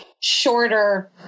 shorter